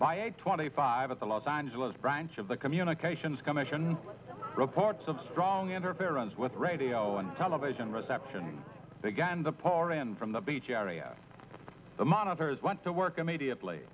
by a twenty five at the los angeles branch of the communications commission reports of strong interference with radio and television reception began the pour in from the beach area the monitors went to work immedia